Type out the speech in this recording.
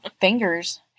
fingers